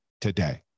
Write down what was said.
today